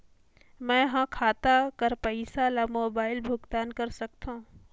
मैं ह खाता कर पईसा ला मोबाइल भुगतान कर सकथव?